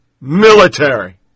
Military